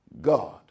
God